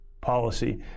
policy